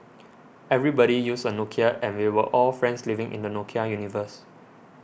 everybody used a Nokia and we were all friends living in the Nokia universe